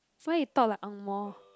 so you talk like angmoh